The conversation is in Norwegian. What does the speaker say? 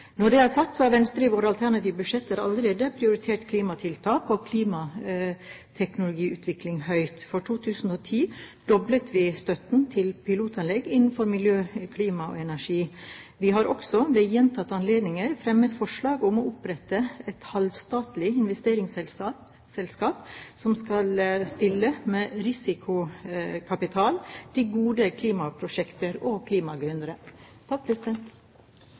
Når det er sagt, har Venstre i sine alternative budsjetter allerede prioritert klimatiltak og klimateknologiutvikling høyt. For 2010 doblet vi støtten til pilotanlegg innenfor miljø, klima og energi. Vi har også ved gjentatte anledninger fremmet forslag om å opprette et halvstatlig investeringsselskap som skal stille med risikokapital til gode klimaprosjekter og